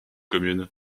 communes